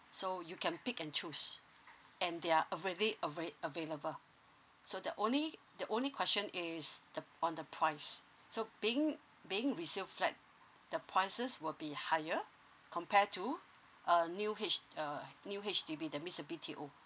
so you can pick and choose and there are a really a very available so the only the only question is the on the price so being being resale flat the prices will be higher compare to a new H a new H_D_B that means a